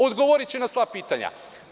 Odgovoriće na sva pitanja.